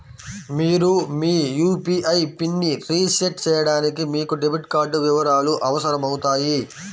మీరు మీ యూ.పీ.ఐ పిన్ని రీసెట్ చేయడానికి మీకు డెబిట్ కార్డ్ వివరాలు అవసరమవుతాయి